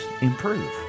improve